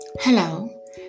Hello